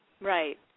Right